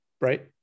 Right